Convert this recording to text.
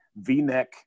v-neck